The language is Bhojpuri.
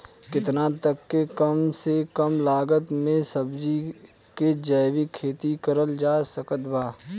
केतना तक के कम से कम लागत मे सब्जी के जैविक खेती करल जा सकत बा?